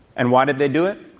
and why did they do it?